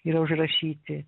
yra užrašyti